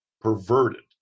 perverted